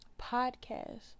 podcast